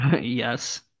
Yes